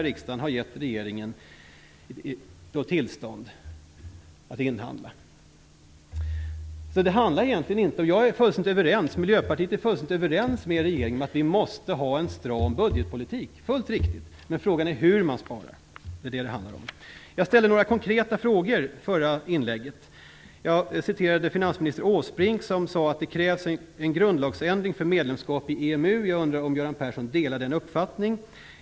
Riksdagen har gett regeringen tillstånd att inhandla detta. Miljöpartiet är fullständigt överens med regeringen om att vi måste ha en stram budgetpolitik. Det är fullt riktigt. Men frågan är hur man sparar. Jag ställde några konkreta frågor i mitt förra inlägg. Jag citerade finansminister Åsbrink som sade att det krävs en grundlagsändring för medlemskap i EMU. Jag undrar om Göran Persson delar den uppfattningen.